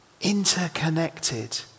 interconnected